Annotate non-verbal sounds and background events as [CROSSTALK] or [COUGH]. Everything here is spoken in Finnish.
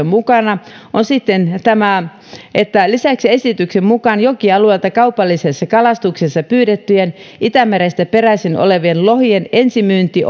[UNINTELLIGIBLE] mukana on sitten tämä että lisäksi esityksen mukaan jokialueelta kaupallisessa kalastuksessa pyydettyjen itämerestä peräisin olevien lohien ensimyynti [UNINTELLIGIBLE]